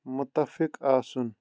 مُتفِق آسُن